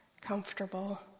comfortable